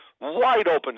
wide-open